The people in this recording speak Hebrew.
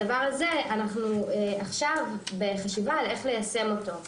הדבר הזה, אנחנו עכשיו בחשיבה על איך ליישם אותו.